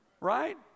right